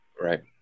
Right